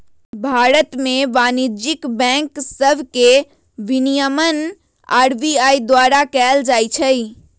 भारत में वाणिज्यिक बैंक सभके विनियमन आर.बी.आई द्वारा कएल जाइ छइ